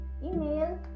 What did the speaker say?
email